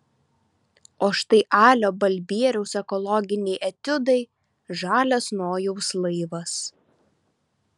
o štai alio balbieriaus ekologiniai etiudai žalias nojaus laivas